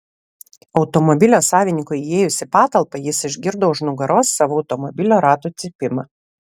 automobilio savininkui įėjus į patalpą jis išgirdo už nugaros savo automobilio ratų cypimą